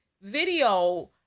video